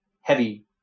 heavy